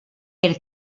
per